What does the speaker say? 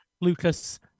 Lucas